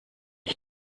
ich